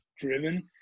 driven